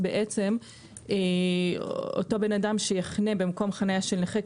אז בעצם אותו בן אדם שיחנה במקום חניה של נכה,